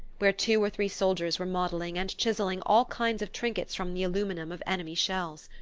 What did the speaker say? where two or three soldiers were modelling and chiselling all kinds of trinkets from the aluminum of enemy shells.